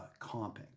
comping